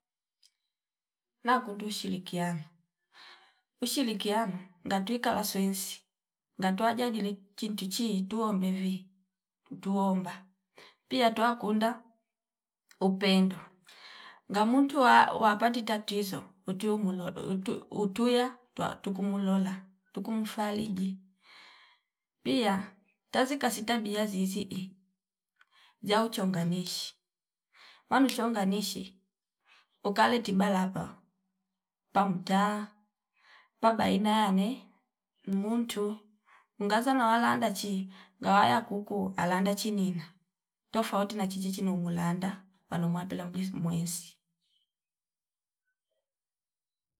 Nakundu ushilikiano ushirikiano ngatwika la swensi ngatwa jajile chintu chiitu tuombevi tutu omba pia twakunda upendo ngamuntu wa- wapati tatizo utu mulo utu- utuya twa tukumolola tukumfaliji pia tazi kasi tabia zizii zia uchonganishi manu chonganishi ukali tiba lapa pam taa pa baina yane muntu ngaza nawalnda chi ngawala kuku alanda chinina tafouti na chichi chinu mulanda pano mwambela mlisi mweisi